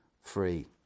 free